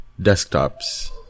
desktops